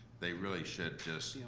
they really should just